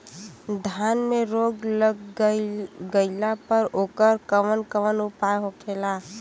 धान में रोग लग गईला पर उकर कवन कवन उपाय होखेला?